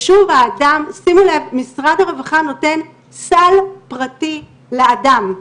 שימו לב, משרד הרווחה נותן סל פרטי לאדם.